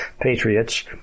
patriots